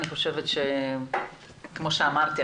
אני חושבת שכמו שאמרתי,